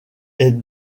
est